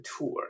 tour